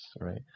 right